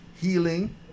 Healing